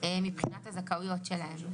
מבחינת הזכאויות שלהם.